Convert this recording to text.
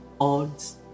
odds